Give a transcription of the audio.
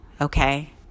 okay